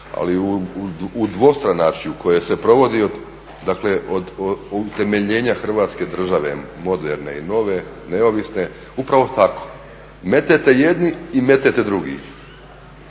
ali u dvostranačju koje se provodi od utemeljenja Hrvatske države, moderne i nove neovisne, upravo tako, metete jedni i metete drugi.